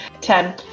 Ten